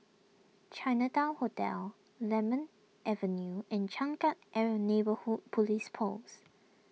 Chinatown Hotel Lemon Avenue and Changkat ever Neighbourhood Police Post